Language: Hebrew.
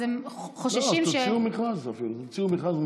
אז הם חוששים, אז תוציאו מכרז מהיר, מכרז.